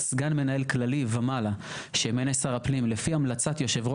סגן מנהל כללי ומעלה שימנה שר הפנים לפי המלצת יושב-ראש